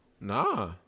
Nah